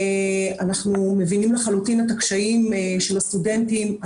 אנחנו מבינים לחלוטין את הקשיים של הסטודנטים.